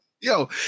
Yo